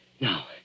Now